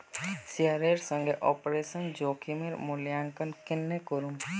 शेयरेर संगे ऑपरेशन जोखिमेर मूल्यांकन केन्ने करमू